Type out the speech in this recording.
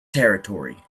territory